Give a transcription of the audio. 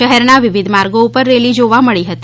શહેરના વિવિધ માર્ગો પર રેલી જોવા મળી હતી